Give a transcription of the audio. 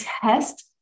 test